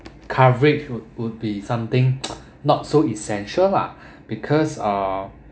coverage would would be something not so essential lah because uh